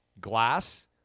Glass